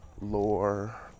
lore